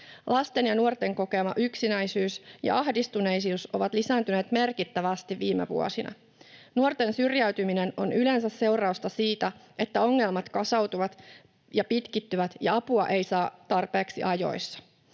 Lasten ja nuorten kokema yksinäisyys ja ahdistuneisuus ovat lisääntyneet merkittävästi viime vuosina. Nuorten syrjäytyminen on yleensä seurausta siitä, että ongelmat kasautuvat ja pitkittyvät ja apua ei saa tarpeeksi ajoissa.